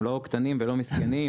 הם לא קטנים ולא מסכנים.